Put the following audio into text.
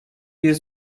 bir